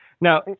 Now